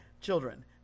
Children